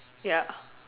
ya